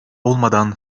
olmadan